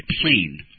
plain